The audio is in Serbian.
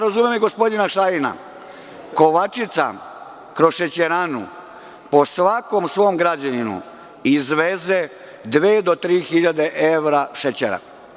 Razumem ja i gospodina Šajna, Kovačica, kroz Šećeranu, po svakom svom građaninu izveze dve do tri hiljade evra šećera.